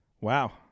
Wow